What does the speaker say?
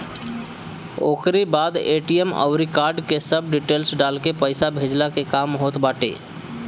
ओकरी बाद ए.टी.एम अउरी कार्ड के सब डिटेल्स डालके पईसा भेजला के काम होत बाटे